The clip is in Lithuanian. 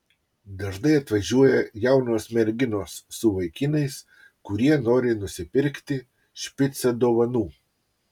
dažnai atvažiuoja jaunos merginos su vaikinais kurie nori nusipirkti špicą dovanų